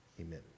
Amen